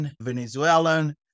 Venezuelan